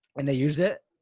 and they used it?